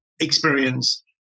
experience